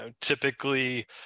typically